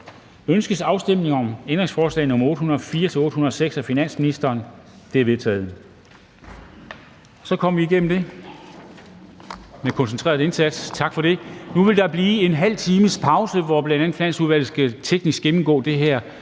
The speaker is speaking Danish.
Ønskes afstemning om ændringsforslag nr. 575-579 af finansministeren? De er vedtaget.